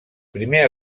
primer